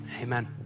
Amen